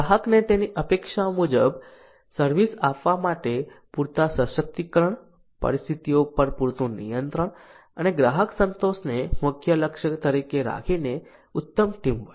ગ્રાહકને તેની અપેક્ષાઓ મુજબ સર્વિસ આપવા માટે પૂરતા સશક્તિકરણ પરિસ્થિતિઓ પર પૂરતું નિયંત્રણ અને ગ્રાહક સંતોષને મુખ્ય લક્ષ્ય તરીકે રાખીને ઉત્તમ ટીમવર્ક